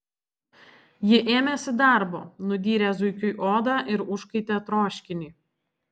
ji ėmėsi darbo nudyrė zuikiui odą ir užkaitė troškinį